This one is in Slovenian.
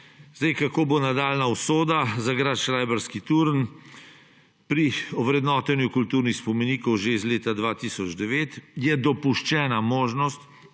Kakšna bo nadaljnja usoda za grad Šrajbarski turn? Pri ovrednotenju kulturnih spomenikov, že iz leta 2009, je dopuščena možnost,